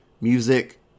music